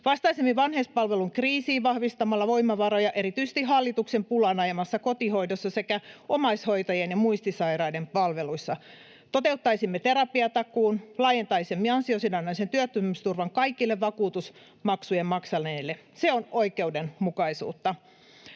Vastaisimme vanhuspalveluiden kriisiin vahvistamalla voimavaroja erityisesti hallituksen pulaan ajamassa kotihoidossa sekä omaishoitajien ja muistisairaiden palveluissa. Toteuttaisimme terapiatakuun. Laajentaisimme ansiosidonnaisen työttömyysturvan kaikille vakuutusmaksut maksaneille. Se on oikeudenmukaisuutta.